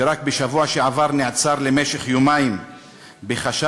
שרק בשבוע שעבר נעצר למשך יומיים בחשד